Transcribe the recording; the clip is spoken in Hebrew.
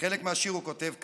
בחלק מהשיר הוא כותב כך: